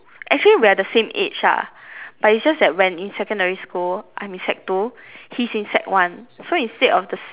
actually we are the same age lah but is just that when in secondary school I'm in sec two he's in sec one so instead of the